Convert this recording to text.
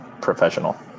professional